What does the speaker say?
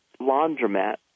laundromat